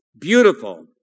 Beautiful